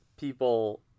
people